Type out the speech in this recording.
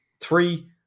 Three